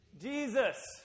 Jesus